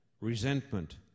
resentment